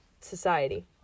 society